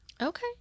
okay